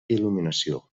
il·luminació